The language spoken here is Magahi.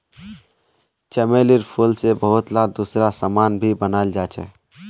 चमेलीर फूल से बहुतला दूसरा समान भी बनाल जा छे